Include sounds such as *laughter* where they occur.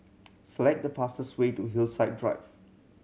*noise* select the fastest way to Hillside Drive